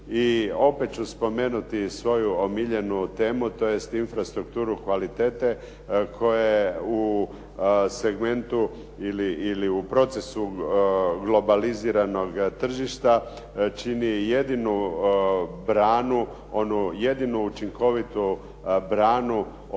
I opet ću spomenuti svoju omiljenu temu tj. infrastrukturu kvalitete koje u segmentu ili procesu globaliziranog tržišta, čini jedinu branu, onu jedinu učinkovitu branu